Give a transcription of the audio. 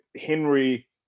Henry